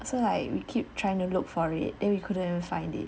so like we keep trying to look for it then we couldn't find it